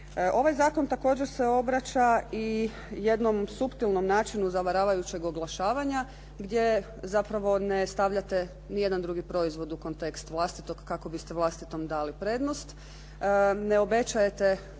Ovaj zakon također se obraća i jednom suptilnom načinu zavaravajućeg oglašavanja gdje zapravo ne stavljate ni jedan drugi proizvod u kontekst vlastitog kako biste vlastitom dali prednost, ne obećajete